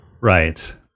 Right